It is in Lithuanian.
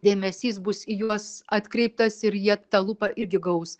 dėmesys bus į juos atkreiptas ir jie tą lupą irgi gaus